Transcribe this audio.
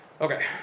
okay